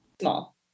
Small